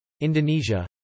Indonesia